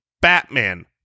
Batman